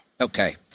Okay